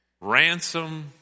Ransom